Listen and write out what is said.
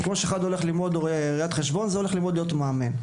כמו שאחד הולך ללמוד ראיית חשבון אחר הולך ללמוד להיות מאמן.